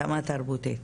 התאמה תרבותית.